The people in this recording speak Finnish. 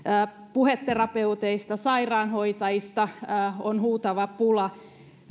puheterapeuteista ja sairaanhoitajista on huutava pula